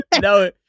no